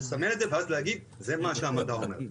לסמן את זה ואז להגיד: זה מה שהמדע אומר.